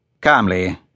Calmly